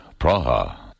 Praha